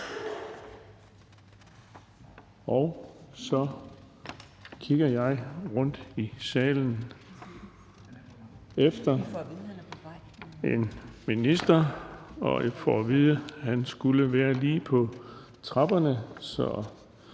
Jeg kigger så rundt i salen efter en minister, og jeg får at vide, at han skulle være lige på trapperne,